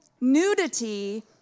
nudity